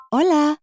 Hola